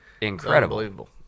incredible